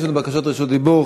יש עוד בקשות רשות דיבור.